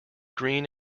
green